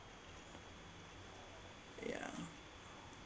yeah